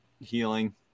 healing